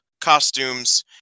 costumes